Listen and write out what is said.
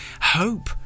hope